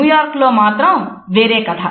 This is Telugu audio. న్యూయార్క్ లో మాత్రం వేరే కథ